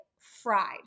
fried